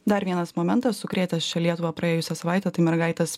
dar vienas momentas sukrėtęs čia lietuvą praėjusią savaitę tai mergaitės